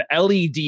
LED